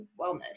wellness